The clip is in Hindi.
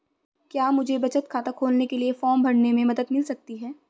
क्या मुझे बचत खाता खोलने के लिए फॉर्म भरने में मदद मिल सकती है?